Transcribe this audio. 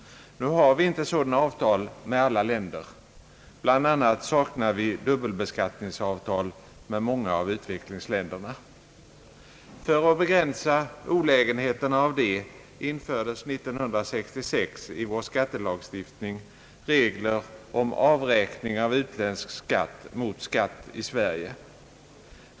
Nu har vi inte sådana avtal med alla länder. Vi saknar bl.a. dubbelbeskattningsavtal med många av wutvecklingsländerna. För att begränsa olägenheterna härav infördes 1966 i vår skattelagstiftning regler om avräkning av utländsk skatt mot skatt i Sverige.